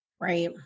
Right